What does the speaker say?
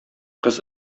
кыз